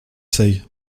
seuil